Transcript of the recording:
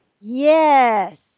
Yes